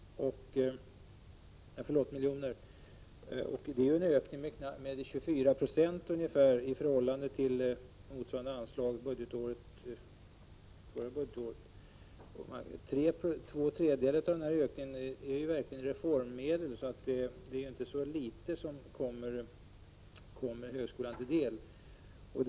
Det innebär en ökning med ungefär 24 96 i förhållande till motsvarande anslag föregående budgetår. Två tredjedelar av ökningen består av reformmedel. Det är alltså inte så litet som kommer högskolan till del.